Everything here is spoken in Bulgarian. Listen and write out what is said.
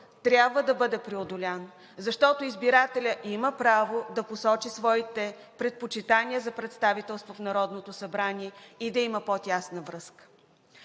трябва да бъде преодолян, защото избирателят има право да посочи своите предпочитания за представителство в Народното събрание и да има по-тясна връзка.